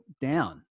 down